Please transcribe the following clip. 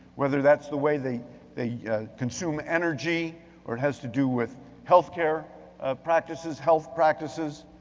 whether that's the way they they consume energy or it has to do with health care practices, health practices,